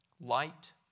Light